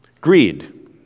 Greed